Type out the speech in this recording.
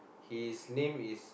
his name is